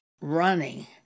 running